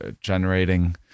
generating